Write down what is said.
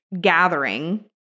gathering